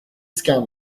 scan